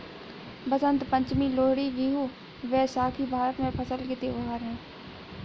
बसंत पंचमी, लोहड़ी, बिहू, बैसाखी भारत में फसल के त्योहार हैं